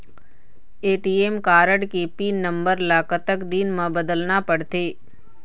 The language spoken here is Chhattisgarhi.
ए.टी.एम कारड के पिन नंबर ला कतक दिन म बदलना पड़थे?